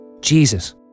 Jesus